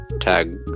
tag